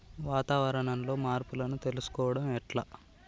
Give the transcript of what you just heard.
వాతావరణంలో మార్పులను తెలుసుకోవడం ఎట్ల?